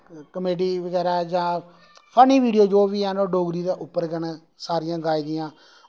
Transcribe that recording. comedy बगैरा जां funny video जो बी हैन ओह् डोगरी पर गै न सारियां गाई दियां